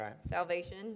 salvation